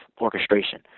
orchestration